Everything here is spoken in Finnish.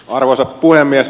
arvoisa puhemies